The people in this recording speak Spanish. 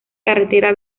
carretera